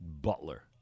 Butler